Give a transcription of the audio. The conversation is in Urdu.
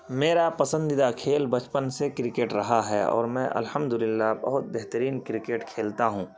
میرا پسندیدہ کھیل بچپن سے کرکٹ رہا ہے اور میں الحمد للہ بہت بہترین کرکٹ کھیلتا ہوں